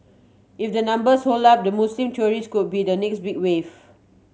if the numbers hold up the Muslim tourist could be the next big wave